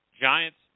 Giants